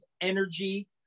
energy